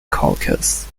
caucus